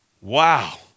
Wow